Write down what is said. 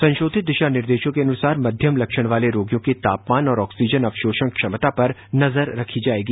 संशोषित दिशानिर्देशों के अनुसार मध्यम लक्षण वाले रोगियों के तापमान और ऑक्सीजन अवशोषण क्षमता पर नजर रखी जाएगी